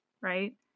right